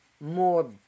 more